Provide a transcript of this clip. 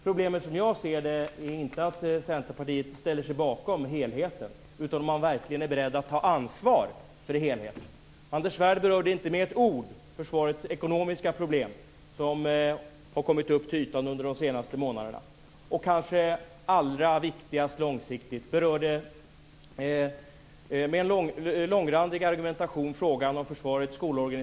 Problemet som jag ser det är inte att Centerpartiet ställer sig bakom helheten utan om det verkligen är berett att ta ansvar för helheten. Anders Svärd berörde inte med ett ord försvarets ekonomiska problem som har kommit upp till ytan under de senaste månaderna. Det som kanske är allra viktigast långsiktigt, frågan om försvarets skolorganisation, berörde Anders Svärd med en långrandig argumentation.